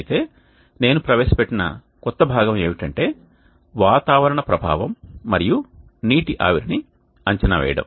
అయితే నేను ప్రవేశపెట్టిన కొత్త భాగం ఏమిటంటే వాతావరణ ప్రభావం మరియు నీటి ఆవిరిని అంచనా వేయడం